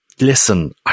listen